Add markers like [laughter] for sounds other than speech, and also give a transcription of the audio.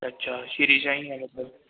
ਅੱਛਾ ਸ਼੍ਰੀ ਸਾਈ ਹੈਗਾ [unintelligible]